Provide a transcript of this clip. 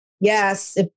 Yes